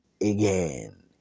again